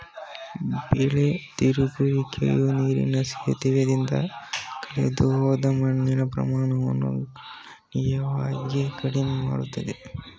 ಬೆಳೆ ತಿರುಗುವಿಕೆಯು ನೀರಿನ ಸವೆತದಿಂದ ಕಳೆದುಹೋದ ಮಣ್ಣಿನ ಪ್ರಮಾಣವನ್ನು ಗಣನೀಯವಾಗಿ ಕಡಿಮೆ ಮಾಡುತ್ತದೆ